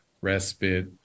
respite